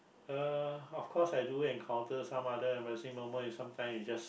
uh of course I do encounter some other embarrassing moment if sometime you just